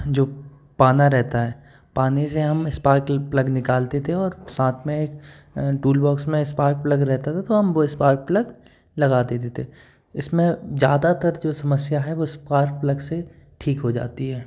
जो पाना रहता है पाने से हम इस्पार्कल प्लग निकालते थे और साथ में एक टूल बॉक्स में इस्पार्क प्लग रहता था तो हम वो इस्पार्क प्लग लगा देते थे इस में ज़्यादातर जो समस्या है वो इस्पार्क प्लग से ठीक हो जाती है